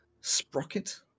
Sprocket